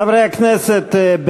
חברי הכנסת,